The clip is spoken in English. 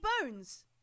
bones